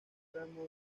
tramo